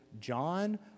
John